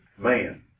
Man